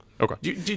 Okay